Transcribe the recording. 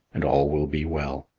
and all will be well.